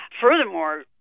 Furthermore